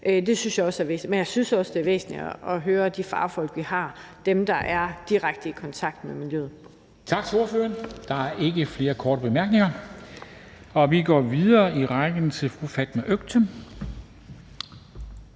men jeg synes også, det er væsentligt at høre de fagfolk, vi har, dem, der er i direkte kontakt med miljøet.